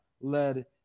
led